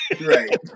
Right